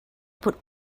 put